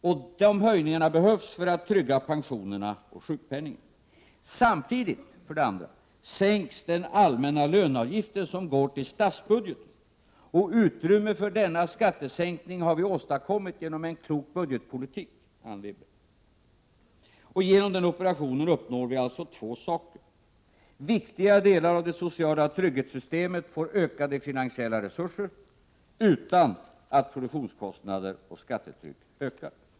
Dessa höjningar behövs för att trygga pensionerna och sjukpenningen. För det andra: Samtidigt sänks den allmänna löneavgiften, som går till statsbudgeten. Utrymme för denna skattesänkning har vi åstadkommit genom en klok budgetpolitik, Anne Wibble. Genom denna operation uppnår vi alltså två saker: Viktiga delar av det sociala trygghetssystemet får ökade finansiella resurser utan att produktionskostnader och skattetrycket ökar.